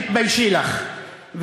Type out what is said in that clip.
תתביישי לך,